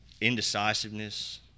Indecisiveness